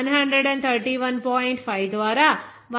5 ద్వారా 141